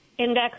index